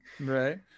right